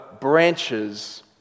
branches